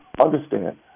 Understand